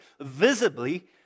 visibly